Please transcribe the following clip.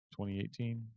2018